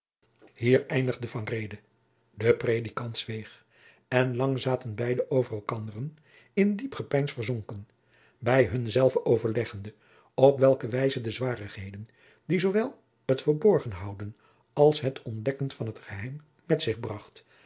hier eindigde van reede de predikant zweeg en lang zaten beide over elkanderen in diep gepeins verzonken bij hunzelve overleggende op welke wijze de zwarigheden die zoowel het verborgen houden als het ontdekken van het geheim met zich bracht